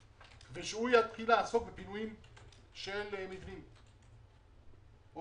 חלק מן היכולת לנהל את האתר הזה ולהסיר מפגעים,